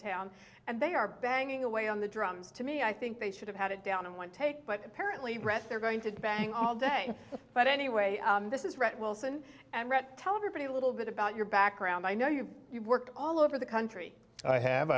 town and they are banging away on the drums to me i think they should have had it down in one take but apparently brett they're going to bang all day but anyway this is right wilson and rhett tell everybody a little bit about your background i know you you've worked all over the country have